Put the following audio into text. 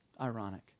ironic